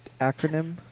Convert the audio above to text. acronym